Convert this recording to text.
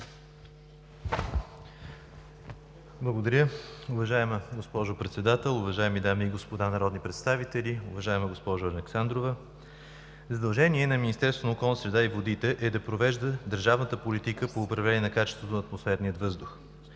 Благодаря Ви. Уважаема госпожо Председател, уважаеми дами и господа народни представители, уважаема госпожо Александрова! Задължение на Министерството на околната среда и водите е да провежда държавната политика по управление на качеството на атмосферния въздух.